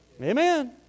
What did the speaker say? Amen